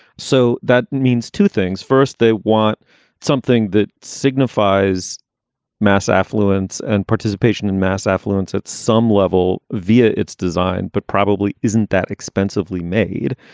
so that means two things. first, they want something that signifies mass affluence and participation in mass affluence at some level via its design, but probably isn't that expensively made.